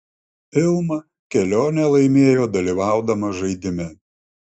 ilma kelionę laimėjo dalyvaudama žaidime